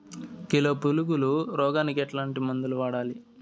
Kilo పులుగుల రోగానికి ఎట్లాంటి మందులు వాడాలి?